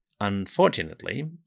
Unfortunately